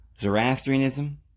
Zoroastrianism